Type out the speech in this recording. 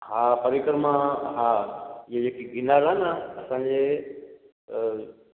हा परिक्रमा हा इहा जेकी गिरनार आहे न असांजे